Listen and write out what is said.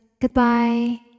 Goodbye